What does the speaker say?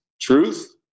truth